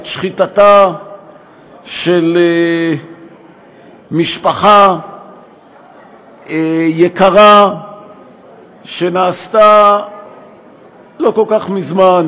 את שחיטתה של משפחה יקרה שנעשתה לא כל כך מזמן